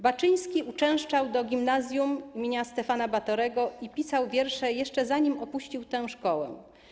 Baczyński uczęszczał do Gimnazjum im. Stefana Batorego i pisał wiersze, jeszcze zanim opuścił tę szkołę.